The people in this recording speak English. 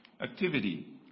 activity